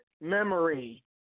memory